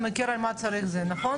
אתה מכיר על מה צריך, נכון?